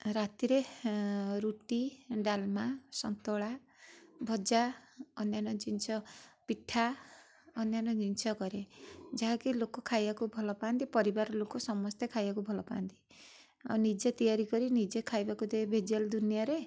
ରାତିରେ ରୁଟି ଡାଲମା ସନ୍ତୁଳା ଭଜା ଅନ୍ୟାନ୍ୟ ଜିନିଷ ପିଠା ଅନ୍ୟାନ୍ୟ ଜିନିଷ କରେ ଯାହାକି ଲୋକ ଖାଇବାକୁ ଭଲ ପାଆନ୍ତି ପରିବାର ଲୋକ ସମସ୍ତେ ଖାଇବାକୁ ଭଲ ପାଆନ୍ତି ଆଉ ନିଜେ ତିଆରି କରି ନିଜେ ଖାଇବାକୁ ଦେବେ ଭେଜାଲ ଦୁନିଆରେ